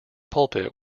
pulpit